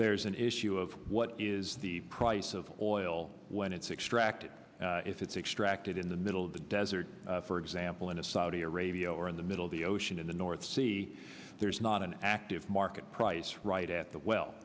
there's an issue of what is the price of oil when it's extracted if it's extracted in the middle of the desert for example in a saudi arabia or in the middle of the ocean in the north sea there's not an active market price right at the well